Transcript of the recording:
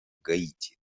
гаити